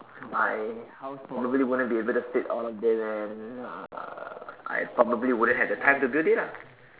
my house probably won't be able to fit all of them and uh I probably won't have the time to build it lah